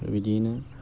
दा बिदियैनो